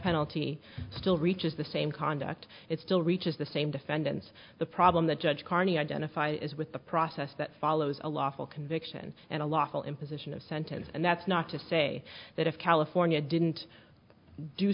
penalty still reaches the same conduct it still reaches the same defendants the problem that judge carney identified as with the process that follows a lawful conviction and a lawful imposition of sentence and that's not to say that if california didn't do